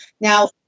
now